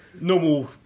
normal